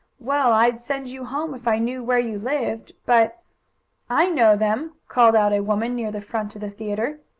well, i'd send you home if i knew where you lived, but i know them! called out a woman near the front of the theatre.